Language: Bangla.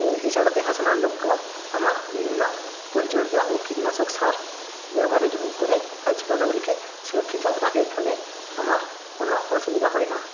এছাড়া দেখাশোনার লোককেও আমার বিভিন্ন পরিচর্যা ও কীটনাশক সার ব্যবহারের জন্য করে গাছপালাগুলিকে সুরক্ষিত রাখে ফলে আমার কোনো অসুবিধা হয় না